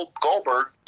Goldberg